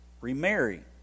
remarry